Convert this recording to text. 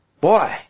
Boy